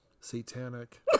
Satanic